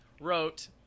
wrote